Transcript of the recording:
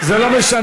זה לא משנה.